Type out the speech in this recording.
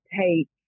take